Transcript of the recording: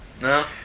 no